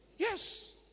Yes